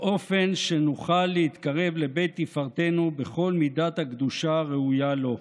באופן שנוכל להתקרב לבית תפארתנו בכל מידת הקדושה הראויה לו".